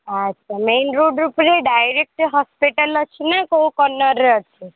ଆଚ୍ଛା ମେନରୋଡ଼୍କୁ ଯାଇ ଡାଇରେକ୍ଟ୍ ହସ୍ପିଟାଲ୍ ଅଛି ନା କୋଉ କର୍ଣ୍ଣର୍ରେ ଅଛି